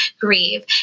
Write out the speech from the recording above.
grieve